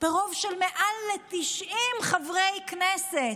ברוב של מעל 90 חברי כנסת.